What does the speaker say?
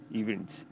events